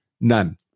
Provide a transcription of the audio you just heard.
None